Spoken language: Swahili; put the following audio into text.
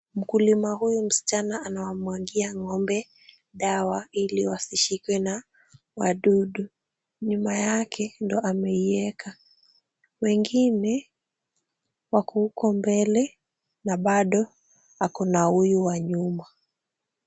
Mkulima huyu msichana anawamwagia ng'ombe dawa ili wasishikwe na wadudu. Nyuma yake ndiyo ameiweka. Wengine wako huko mbele na bado ako na huyu wa nyuma.